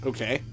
Okay